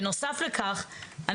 בנוסף לכך,